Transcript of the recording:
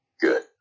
good